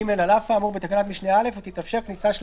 "(ג) על אף האמור בתקנת משנה (א) תתאפשר כניסה של